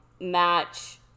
match